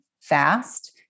fast